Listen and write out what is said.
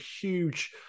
huge